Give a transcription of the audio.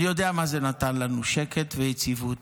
אני יודע מה זה נתן לנו: שקט ויציבות.